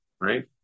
right